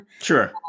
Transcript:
sure